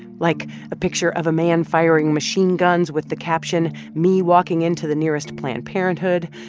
like a picture of a man firing machine guns with the caption, me walking into the nearest planned parenthood,